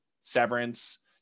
Severance